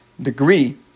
degree